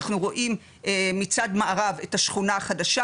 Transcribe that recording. אנחנו רואים מצד מערב את השכונה החדשה,